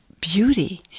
beauty